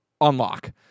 Unlock